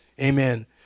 Amen